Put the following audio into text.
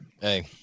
Hey